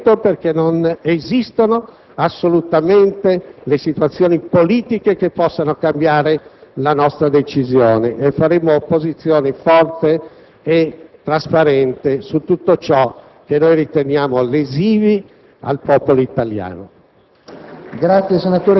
a questo decreto-legge, non esistendo assolutamente le condizioni politiche che possano cambiare la nostra decisione e condurremo un'opposizione forte e trasparente su tutto ciò che riteniamo lesivo per il popolo italiano.